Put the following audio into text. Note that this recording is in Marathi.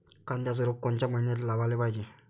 कांद्याचं रोप कोनच्या मइन्यात लावाले पायजे?